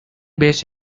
base